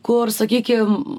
kur sakykim